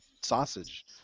sausage